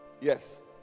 Yes